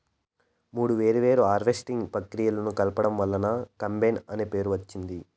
మూడు వేర్వేరు హార్వెస్టింగ్ ప్రక్రియలను కలపడం వల్ల కంబైన్ అనే పేరు వచ్చింది